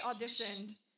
auditioned